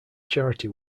charity